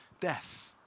death